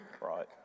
Right